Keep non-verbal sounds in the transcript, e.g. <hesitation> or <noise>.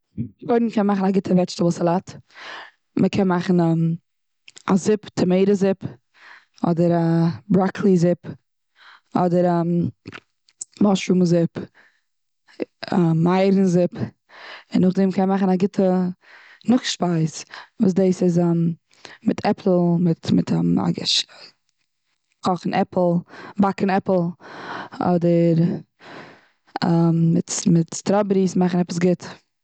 קודם קען מען מאכן א גוטע וועדזשטעבל סאלאט. מ'קען מאכן א <hesitation> זופ טאמעיטא זופ, אדער א בראקלי זופ, אדער <hesitation> מאשרום זופ, <hesitation> א מייערן זופ. און נאכדעם קען מען מאכן א גוטע נאכשפייז, וואס דאס איז <hesitation> מיט עפל, מיט מיט <hesitation> א <unintelligible> קאכן עפל, באקן עפל, אדער, <hesitation> מיט מיט סטראבעריס מאכן עפעס גוט.